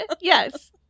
yes